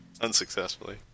unsuccessfully